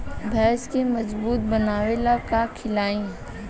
भैंस के मजबूत बनावे ला का खिलाई?